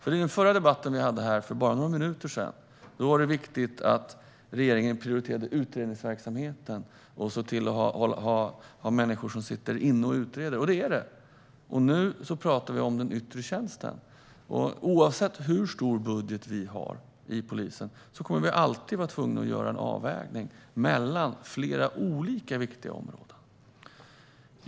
I den debatt som vi hade för bara några minuter sedan var det viktigt att regeringen prioriterade utredningsverksamheten och såg till att ha människor som sitter och utreder - det är det. Nu pratar vi om den yttre tjänsten. Oavsett hur stor budget vi har för polisen kommer vi alltid att vara tvungna att göra en avvägning mellan flera viktiga områden.